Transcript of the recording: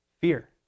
fear